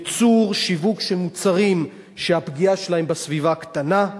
ייצור ושיווק של מוצרים שהפגיעה שלהם בסביבה קטנה,